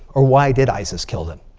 or why did isis kill them?